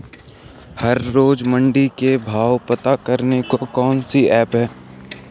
हर रोज़ मंडी के भाव पता करने को कौन सी ऐप है?